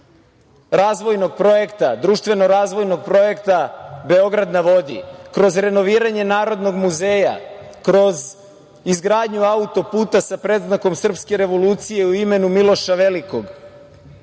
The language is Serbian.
razvojnog projekta, društveno razvojnog projekta „Beograd na vodi“, kroz renoviranje Narodnog muzeja, kroz izgradnju autoputa sa predznakom srpske revolucije u imenu Miloša velikog. Napadi